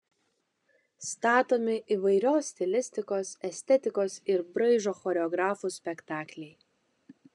statomi įvairios stilistikos estetikos ir braižo choreografų spektakliai